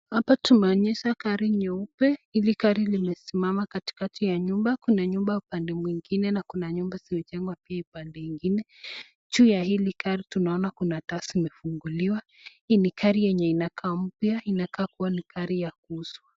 Hapa tumeonyeshwa gari nyeupe, hili gari limesimama katikati ya nyumba, kuna nyumba upande mwingine na kuna nyumba zimejengwa pande ingine, juu ya hili gari tunaona kuna taa zimefunguliwa, hii ni gari yenye inakaa mpya inakaa kuwa ni gari ya kuuzwa.